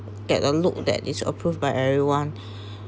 get a look that is approved by everyone